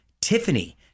Tiffany